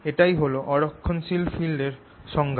এটাই হল অ রক্ষণশীল ফিল্ড এর সংজ্ঞা